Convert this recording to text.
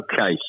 Okay